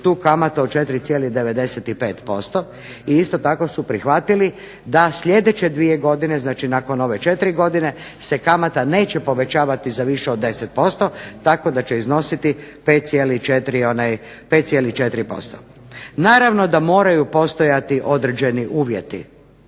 tu kamatu od 4,95% i isto tako su prihvatili da sljedeće dvije godine, znači nakon ove četiri godine se kamata neće povećavati za više od 10% tako da će iznositi 5,4%. Naravno da moraju postojati određeni uvjeti,